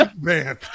Man